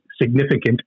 significant